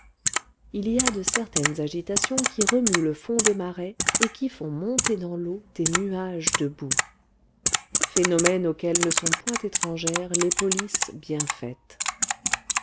il y a de certaines agitations qui remuent le fond des marais et qui font monter dans l'eau des nuages de boue phénomène auquel ne sont point étrangères les polices bien faites